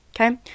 okay